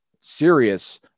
serious